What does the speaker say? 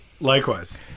Likewise